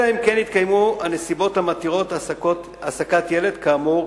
אלא אם כן התקיימו הנסיבות המתירות העסקת ילד כאמור,